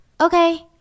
Okay